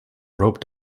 rope